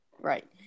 Right